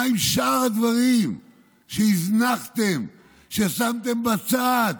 מה עם שאר הדברים שהזנחתם, ששמתם בצד,